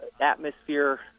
atmosphere